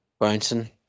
bouncing